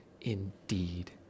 indeed